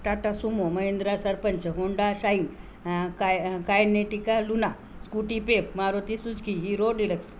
Tata Sumo Mahindra Sarpanch Honda Shine काय कायनेटिका Luna Scooty Pep Maruti Suzuki Hero deluxe